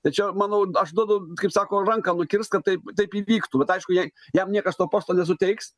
tai čia manau aš duodu kaip sako ranką nukirst kad taip taip įvyktų bet aišku jai jam niekas to posto nesuteiks